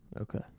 Okay